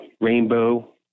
rainbow